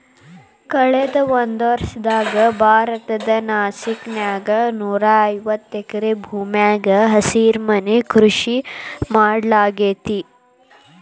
ಕಳದ ಒಂದ್ವರ್ಷದಾಗ ಭಾರತದ ನಾಸಿಕ್ ನ್ಯಾಗ ನೂರಾಐವತ್ತ ಎಕರೆ ಭೂಮ್ಯಾಗ ಹಸಿರುಮನಿ ಕೃಷಿ ಮಾಡ್ಲಾಗೇತಿ